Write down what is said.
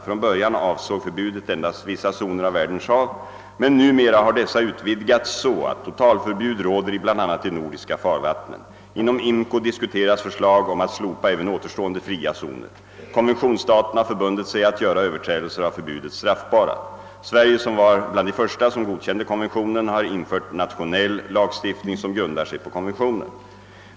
Från början avsåg förbudet endast vissa zoner av världens hav, men numera har dessa utvidgats så att totalförbud råder i bl.a. de nordiska farvattnen. Inom IMCO diskuteras förslag om att slopa även återstående fria zoner. Konventionsstaterna har förbundit sig att göra överträdelser av förbudet straffbara. Sverige, som var bland de första som godkände konventionen, har infört nationell lagstiftning som grundar sig på konventionen.